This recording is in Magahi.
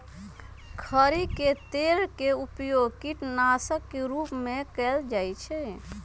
खरी के तेल के उपयोग कीटनाशक के रूप में कएल जाइ छइ